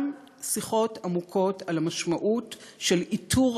גם שיחות עמוקות על המשמעות של איתור